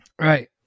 Right